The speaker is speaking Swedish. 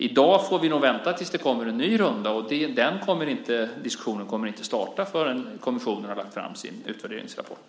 I dag får vi nog vänta tills det kommer en ny runda, och den diskussionen kommer inte att starta förrän kommissionen har lagt fram sin utvärderingsrapport.